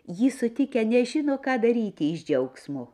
jį sutikę nežino ką daryti iš džiaugsmo